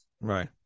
right